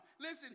Listen